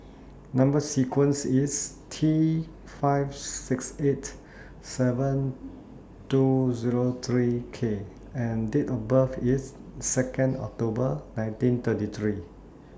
Number sequence IS T five six eight seven two Zero three K and Date of birth IS Second October nineteen thirty three